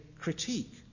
critique